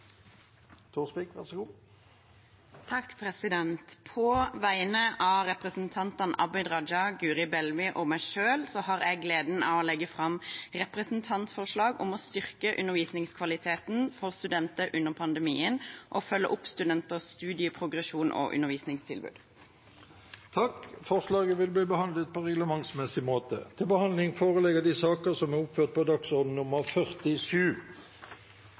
På vegne av representantene Abid Raja, Guri Melby og meg selv har jeg gleden av å legge fram representantforslag om å styrke undervisningskvaliteten for studenter under pandemien og følge opp studenters studieprogresjon og undervisningstilbud. Forslaget vil bli behandlet på reglementsmessig måte.